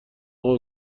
اقا